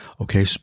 Okay